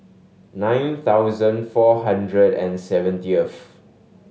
nine thousand four hundred and seventieth